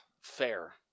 Fair